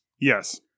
Yes